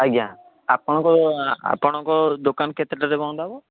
ଆଜ୍ଞା ଆପଣଙ୍କ ଆପଣଙ୍କ ଦୋକାନ କେତେଟାରେ ବନ୍ଦ ହବ